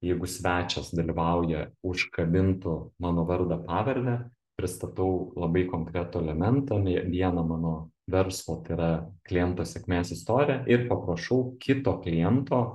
jeigu svečias dalyvauja užkabintų mano vardą pavardę pristatau labai konkretų elementą nė vieną mano verslo tai yra kliento sėkmės istoriją ir paprašau kito kliento